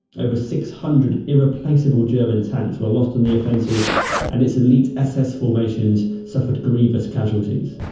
over six hundred irreplaceable german tanks were lost on the offensive and its elite ss formations suffered grievous casualties.